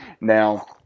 Now